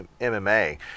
MMA